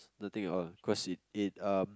the thing on cause it it um